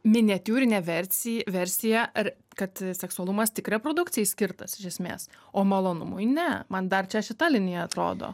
miniatiūrinė versi versija ar kad seksualumas tik reprodukcijai skirtas iš esmės o malonumui ne man dar čia šita linija atrodo